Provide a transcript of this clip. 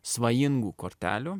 svajingų kortelių